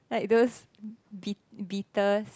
like those bee~ beaters